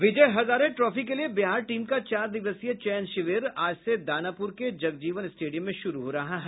विजय Hazare trophy के लिए Bihar team का चार दिवसीय चयन शिविर आज से दानापुर के जगजीवन स्टेडियम में शुरू हो रहा है